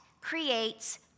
creates